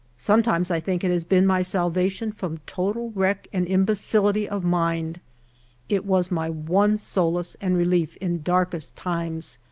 sometimes i think it has been my salvation from total wreck and imbecility of mind it was my one solace and relief in darkest times,